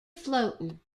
floating